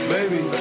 Baby